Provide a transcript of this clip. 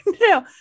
no